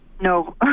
No